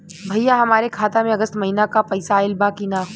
भईया हमरे खाता में अगस्त महीना क पैसा आईल बा की ना?